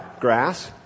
grass